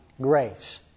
Grace